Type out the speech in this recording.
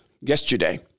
yesterday